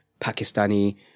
Pakistani